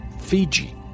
Fiji